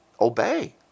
Obey